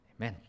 Amen